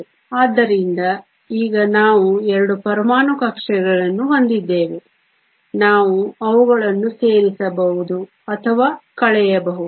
ಆದ್ದರಿಂದ ಈಗ ನಾವು 2 ಪರಮಾಣು ಕಕ್ಷೆಗಳನ್ನು ಹೊಂದಿದ್ದೇವೆ ನಾವು ಅವುಗಳನ್ನು ಸೇರಿಸಬಹುದು ಅಥವಾ ಕಳೆಯಬಹುದು